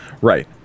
right